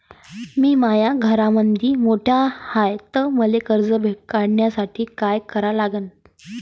मी माया घरामंदी मोठा हाय त मले कर्ज काढासाठी काय करा लागन?